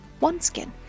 OneSkin